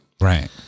Right